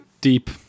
deep